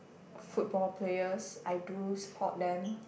football players I do support them